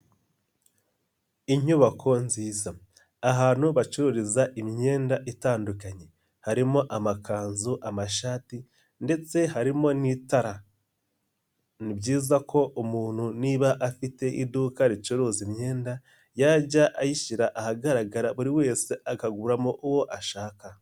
Inyubako nziza ahantu bacururiza imyenda itandukanye, harimo amakanzu, amashati ndetse harimo n'itara, ni byiza ko umuntu niba afite iduka ricuruza imyenda, yajya ayishyira ahagaragara buri wese akaguramo uwo ashaka.